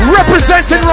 representing